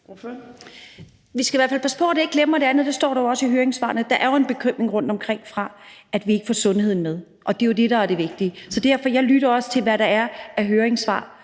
Vi skal i hvert fald passe på, at vi ikke glemmer det andet. Det står der også i høringssvarene. Der er jo en bekymring rundtomkring om, at vi ikke får sundheden med. Det er jo det, der er det vigtige. Jeg lytter også til, hvad der er af høringssvar,